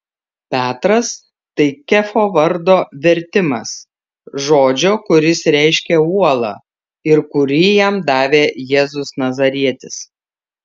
petras tai kefo vardo vertimas žodžio kuris reiškia uolą ir kurį jam davė jėzus nazarietis